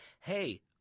hey